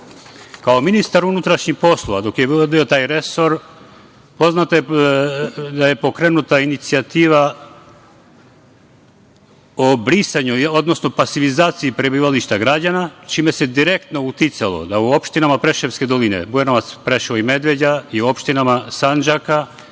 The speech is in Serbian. ministar unutrašnjih poslova, dok je vodio taj resor, poznato je da je pokrenuta inicijativa o brisanju, odnosno pasivizaciji prebivališta građana, čime se direktno uticalo da u opštinama Preševske doline, Bujanovac, Preševo i Medveđa i u opštinama Sandžaka,